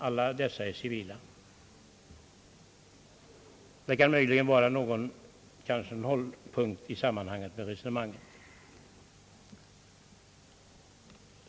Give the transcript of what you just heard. Alla dessa befattningar är civila. Det kan möjligen vara någon hållpunkt för resonemanget.